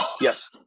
Yes